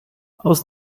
aus